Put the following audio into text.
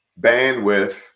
bandwidth